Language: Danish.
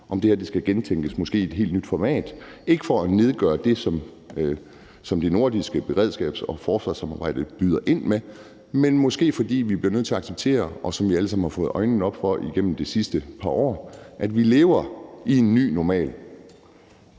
skal gentænkes i måske et helt nyt format. Det er ikke for at nedgøre det, som det nordiske beredskabs- og forsvarssamarbejde byder ind med, men måske, fordi vi bliver nødt til at acceptere – som vi alle sammen har fået øjnene op for igennem de sidste par år – at vi lever i en ny normal.